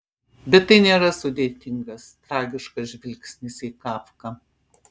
bet tai nėra sudėtingas tragiškas žvilgsnis į kafką